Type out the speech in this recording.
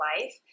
life